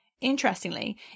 interestingly